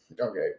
Okay